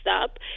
up